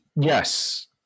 yes